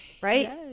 Right